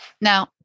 Now